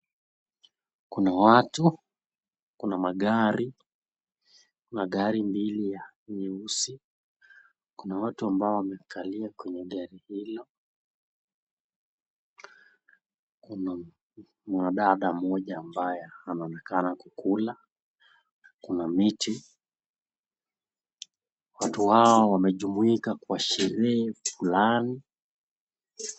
Kuna watu, kuna magari. Magari mbili ya nyeusi. Kuna watu ambao wamekali kwenye gari hilo. Kuna mwanadada moja ambaye anaonekana kula. Kuna miti, watu hawa wamejumuika kwa sherere fulani.